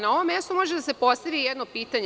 Na ovom mestu može da se postavi jedno pitanje.